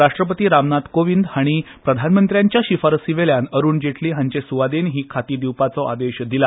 राष्ट्रपती रामनाथ कोविंद हांणी प्रधानमंत्र्यांच्या शिफारसी वयल्यान अरुण जेटली हांचे सुवादीन हीं खातीं दिवपाचो आदेश दिलो